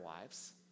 lives